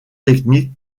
techniques